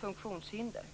funktionshinder.